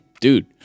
dude